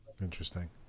Interesting